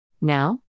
Now